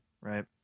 right